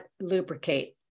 lubricate